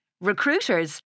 Recruiters